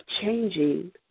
changing